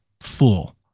full